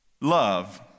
Love